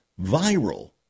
viral